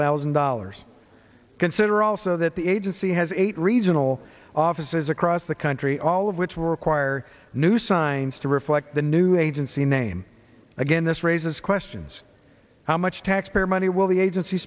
thousand dollars consider also that the agency has eight regional offices across the country all of which will require new signs to reflect the new agency name again this raises questions how much taxpayer money will the agency